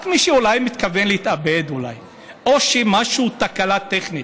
רק אולי מי שמתכוון להתאבד, או תקלה טכנית.